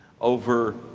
over